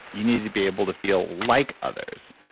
you needed to be able to feel like others.